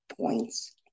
points